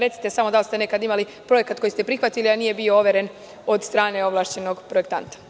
Recite samo – da li ste nekad imali projekat koji ste prihvatili a nije bio overen od strane ovlašćenog projektanta?